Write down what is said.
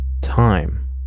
Time